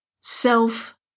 self